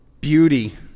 Beauty